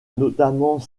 notamment